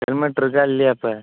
helmet இருக்கா இல்லையா இப்போ